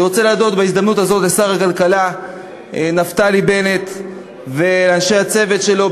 אני רוצה להודות בהזדמנות זו לשר הכלכלה נפתלי בנט ואנשי הצוות שלו,